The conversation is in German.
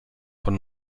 von